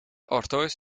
artois